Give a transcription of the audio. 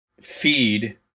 feed